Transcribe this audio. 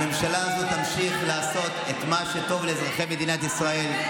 הממשלה הזו תמשיך לעשות את מה שטוב לאזרחי מדינת ישראל.